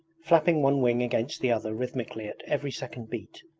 flapping one wing against the other rhythmically at every second beat.